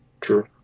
True